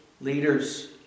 leaders